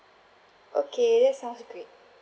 okay sounds great